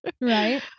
right